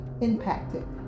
impacted